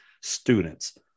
students